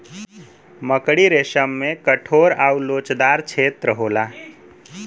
मकड़ी रेसम में कठोर आउर लोचदार छेत्र होला